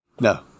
No